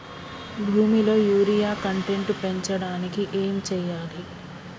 భూమిలో urea content పెంచడానికి ఏం చేయాలి?